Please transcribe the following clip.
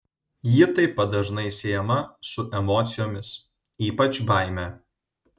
ji taip pat dažnai siejama su emocijomis ypač baime